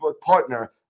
partner